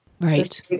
Right